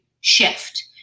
shift